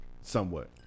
somewhat